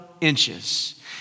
inches